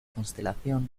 constelación